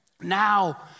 Now